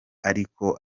ariko